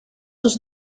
sus